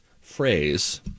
phrase